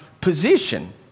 position